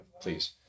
please